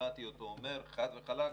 שמעתי אותו אומר חד וחלק,